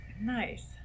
Nice